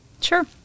Sure